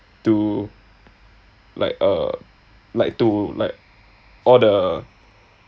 to like a like to like all the